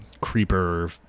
creeper